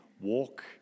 walk